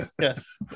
yes